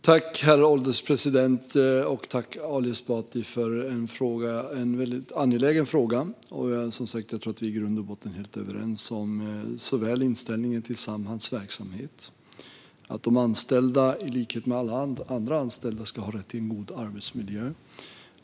Herr ålderspresident! Tack, Ali Esbati, för en väldigt angelägen fråga! Jag tror som sagt att vi i grund och botten är helt överens om inställningen till Samhalls verksamhet och att de anställda i likhet med alla andra anställda ska ha rätt till en god arbetsmiljö.